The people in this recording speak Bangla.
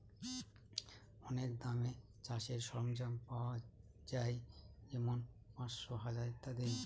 অনেক দামে চাষের সরঞ্জাম পাওয়া যাই যেমন পাঁচশো, হাজার ইত্যাদি